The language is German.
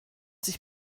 sich